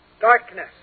darkness